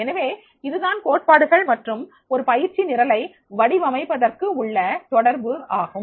எனவே இதுதான் கோட்பாடுகள் மற்றும் ஒரு பயிற்சி நிரலை வடிவமைப்பதற்கு உள்ள தொடர்பு ஆகும்